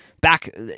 back